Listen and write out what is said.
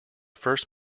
first